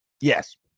yes